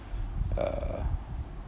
uh